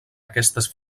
aquestes